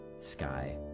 Sky